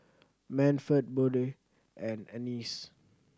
Manford Bode and Anice